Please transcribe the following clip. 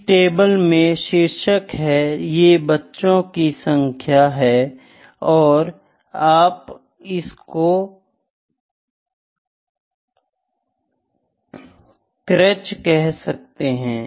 इस टेबल मैं शिर्षक है ये बच्चो की सांख्य है आप इसको क्रेचे कह सकते है